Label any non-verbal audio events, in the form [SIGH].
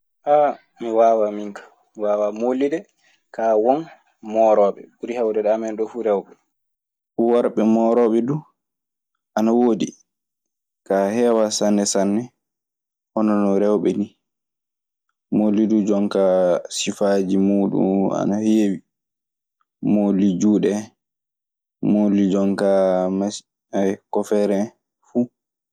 [HESITATION] mi waawaa minkaa mi waawaa moolli de, ka won mooroobe ko ɓuri hewde to amen too fuu rewbe. Worɓe moorooɓe duu ana woodi. Kaa, heewaa sanne sanne hono no rewɓe nii. Moodi du jonkaa sifaaji muuɗun ana heewi. Moodi juuɗe en, moodi jonkaa, haya, kofeer en.